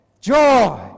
joy